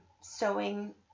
sewing